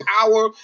power